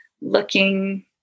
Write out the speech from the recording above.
looking